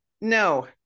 No